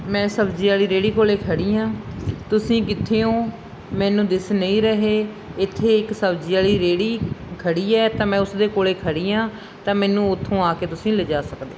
ਮੈਂ ਸਬਜ਼ੀ ਵਾਲੀ ਰੇਹੜੀ ਕੋਲ ਖੜ੍ਹੀ ਹਾਂ ਤੁਸੀਂ ਕਿੱਥੇ ਹੋ ਮੈਨੂੰ ਦਿਸ ਨਹੀਂ ਰਹੇ ਇੱਥੇ ਇੱਕ ਸਬਜ਼ੀ ਵਾਲੀ ਰੇਹੜੀ ਖੜ੍ਹੀ ਹੈ ਤਾਂ ਮੈਂ ਉਸਦੇ ਕੋਲ ਖੜ੍ਹੀ ਹਾਂ ਤਾਂ ਮੈਨੂੰ ਉੱਥੋਂ ਆ ਕੇ ਤੁਸੀਂ ਲਿਜਾ ਸਕਦੇ